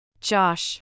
Josh